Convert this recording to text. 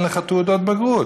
אין לך תעודת בגרות.